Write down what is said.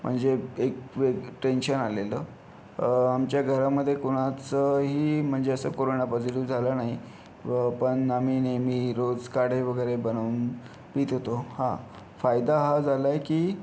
म्हणजे एक वेग टेंशन आलेलं आमच्या घरामध्ये कोणाचंही म्हणजे असं कोरोना पॉझिटिव्ह झालं नाही पण आम्ही नेहमी रोज काढे वगैरे बनवून पीत होतो हां फायदा हा झाला आहे की